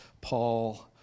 Paul